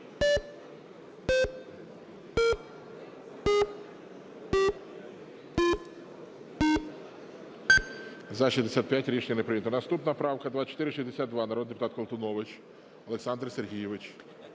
За-65 Рішення не прийнято. Наступна правка 2462, народний депутат Колтунович Олександр Сергійович.